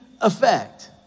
effect